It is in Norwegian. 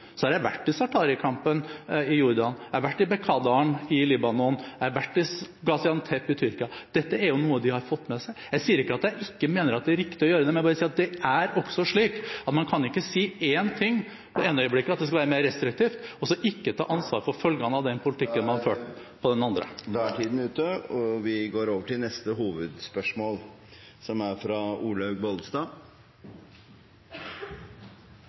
jeg har vært i Zaatari-campen i Jordan, jeg har vært i Bekaadalen i Libanon, jeg har vært i Gaziantep i Tyrkia, og dette er noe de har fått med seg. Jeg sier ikke at jeg ikke mener at det er riktig å gjøre det, jeg bare sier at det også er slik at man kan ikke si én ting i det ene øyeblikket, at det skal være mer restriktivt, og så ikke ta ansvar for følgene av den politikken